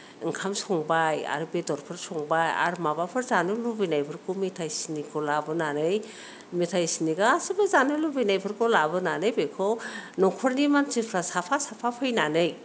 ओंखाम संबाय आरो बेदरफोर संबाय आरो माबाफोर जानो लुबैनायफोरखौ मेथाय सिनिखौ लाबोनानै मेथाय सिनि गासैबो जानो लुबैनायफोरखौ लाबोनानै बेखौ न'खरनि मानसिफ्रा साफा साफा फैनानै